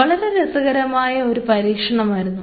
വളരെ രസകരമായ ഒരു പരീക്ഷണമായിരുന്നു